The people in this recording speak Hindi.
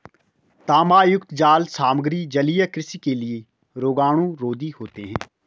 तांबायुक्त जाल सामग्री जलीय कृषि के लिए रोगाणुरोधी होते हैं